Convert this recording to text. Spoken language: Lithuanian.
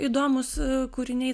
įdomūs kūriniai